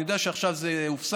אני יודע שעכשיו זה הופסק,